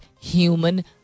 human